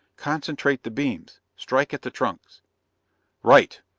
concentrate the beams strike at the trunks right!